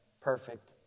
perfect